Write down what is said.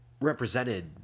represented